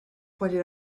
pointed